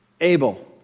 Abel